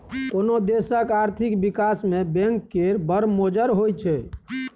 कोनो देशक आर्थिक बिकास मे बैंक केर बड़ मोजर होइ छै